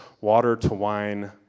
water-to-wine